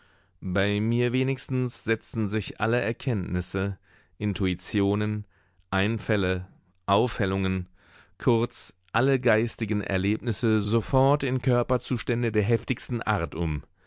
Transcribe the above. bei mir wenigstens setzen sich alle erkenntnisse intuitionen einfälle aufhellungen kurz alle geistigen erlebnisse sofort in körperzustände der heftigsten art um